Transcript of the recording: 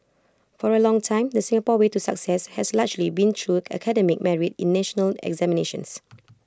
for A long time the Singapore way to success has largely been through academic merit in national examinations